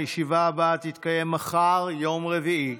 הישיבה הבאה תתקיים מחר, יום רביעי,